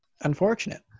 Unfortunate